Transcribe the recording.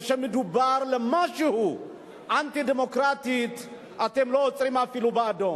וכשמדובר על משהו אנטי-דמוקרטי אתם לא עוצרים אפילו באדום.